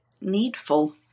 needful